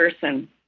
person